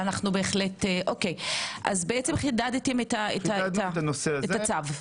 אז חידדתם את הצו.